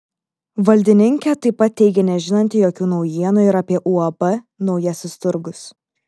valdininkė taip pat teigė nežinanti jokių naujienų ir apie uab naujasis turgus